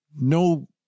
No